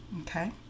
Okay